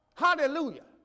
Hallelujah